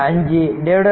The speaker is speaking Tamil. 5 4